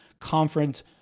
conference